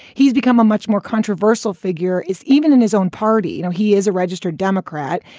he's become a much more controversial figure, is even in his own party. you know, he is a registered democrat.